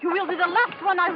you will be the last one i